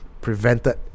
prevented